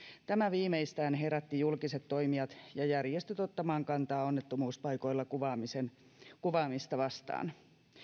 tämä viimeistään herätti julkiset toimijat ja järjestöt ottamaan kantaa onnettomuuspaikoilla kuvaamista vastaan